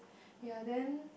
ya then